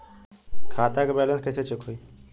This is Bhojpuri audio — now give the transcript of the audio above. खता के बैलेंस कइसे चेक होई?